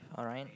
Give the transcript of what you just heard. alright